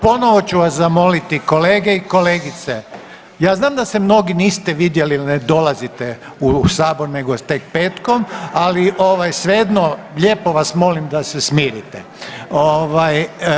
Ponovo ću vas zamoliti kolege i kolegice, ja znam da se mnogi niste vidjeli jel ne dolazite u sabor nego tek petkom, ali svejedno lijepo vas molim da se smirite.